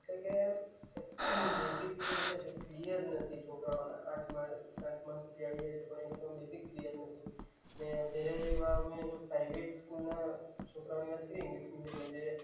એટલે કે બેઝિક જે છે તે ક્લિયર નથી છોકરાંઓ આઠમા આઠમા સુધી આવી જાય છે પણ એ લોકોના બેઝિક ક્લિયર નથી ને જયારે એવા અમે જો પ્રાઇવેટ સ્કૂલનાં છોકરાંઓની વાત કરી ઇંગ્લિશ મીડિયમના જે